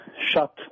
shut